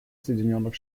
соединенных